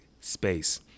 space